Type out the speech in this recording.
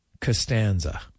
Costanza